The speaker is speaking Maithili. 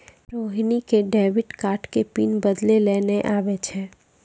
रोहिणी क डेबिट कार्डो के पिन बदलै लेय नै आबै छै